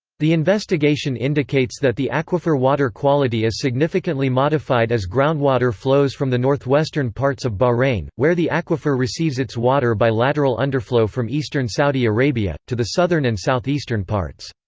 the investigation indicates that the aquifer water quality is significantly modified as groundwater flows from the northwestern parts of bahrain, where the aquifer receives its water by lateral underflow from eastern saudi arabia, to the southern and southeastern parts.